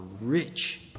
rich